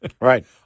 Right